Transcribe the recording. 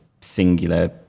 singular